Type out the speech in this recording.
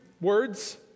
words